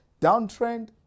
downtrend